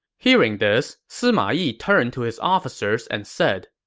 hearing this, sima yi turned to his officers and said,